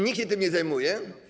Nikt się tym nie zajmuje.